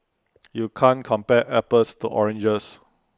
you can't compare apples to oranges